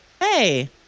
Hey